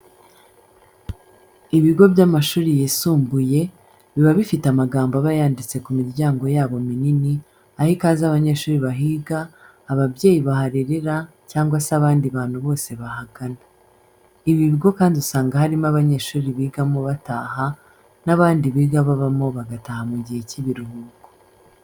Ibigo by'amashuri yisumbuye, biba bifite amagambo aba yanditse ku miryango yabo minini aha ikaze abanyeshuri bahiga, ababyeyi baharerera cyangwa se abandi bantu bose bahagana. Ibi bigo kandi usanga harimo abanyeshuri bigamo bataha n'abandi biga babamo bagataha mu gihe cy'ibiruhuko.